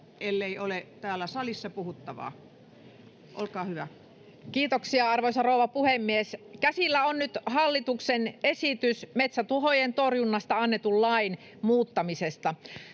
lain 21 §:n muuttamisesta Time: 17:01 Content: Kiitoksia, arvoisa rouva puhemies! Käsillä on nyt hallituksen esitys metsätuhojen torjunnasta annetun lain muuttamisesta.